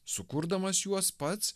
sukurdamas juos pats